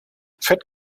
fett